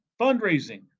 fundraising